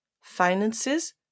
finances